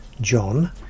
John